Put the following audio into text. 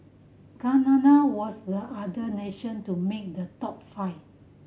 Canada was the other nation to make the top five